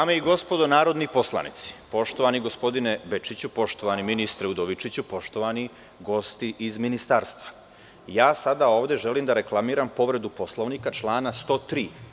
Dame i gospodo narodni poslanici, poštovani gospodine Bečiću, poštovani ministre Udovičiću, poštovani gosti iz Ministarstva, sada ovde želim da reklamiram povredu Poslovnika člana 103.